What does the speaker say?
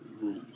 rules